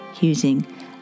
using